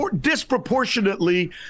disproportionately